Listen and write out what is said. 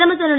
பிரதமர் திரு